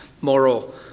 moral